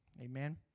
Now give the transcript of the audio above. Amen